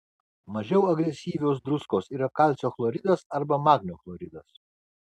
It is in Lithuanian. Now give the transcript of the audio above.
mažiau agresyvios druskos yra kalcio chloridas arba magnio chloridas